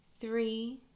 three